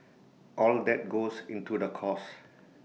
all that goes into the cost